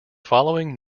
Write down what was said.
following